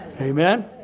amen